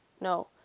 no